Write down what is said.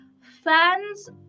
fans